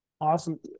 awesome